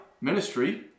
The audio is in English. ministry